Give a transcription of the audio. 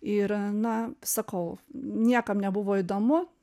ir na sakau niekam nebuvo įdomu